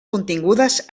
contingudes